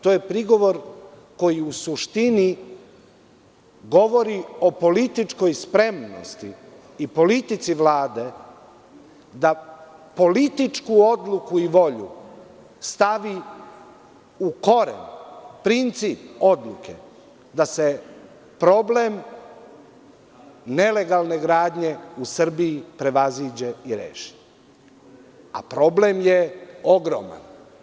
To je prigovor koji u suštini govori o političkoj spremnosti i politici Vlade da političku odluku i volju stavi u koren princip odluke da se problem nelegalne gradnje u Srbiji prevaziđe i reši, a problem je ogroman.